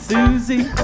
Susie